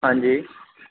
ਹਾਂਜੀ